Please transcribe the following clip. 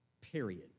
period